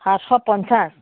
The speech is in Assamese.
সাতশ পঞ্চাছ